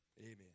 Amen